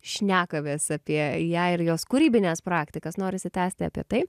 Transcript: šnekamės apie ją ir jos kūrybines praktikas norisi tęsti apie tai